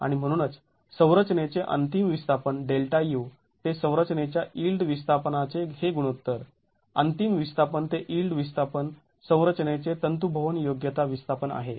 आणि म्हणूनच संरचनेचे अंतिम विस्थापन Δu ते संरचनेच्या यिल्ड विस्थापनाचे हे गुणोत्तर अंतिम विस्थापन ते यिल्ड विस्थापन संरचनेचे तंतूभवन योग्यता विस्थापन आहे